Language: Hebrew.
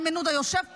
איימן עודה יושב פה,